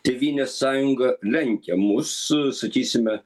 tėvynės sąjunga lenkia mus sakysime